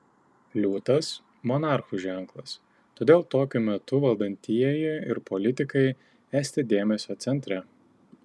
liūtas monarchų ženklas todėl tokiu metu valdantieji ir politikai esti dėmesio centre